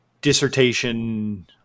dissertation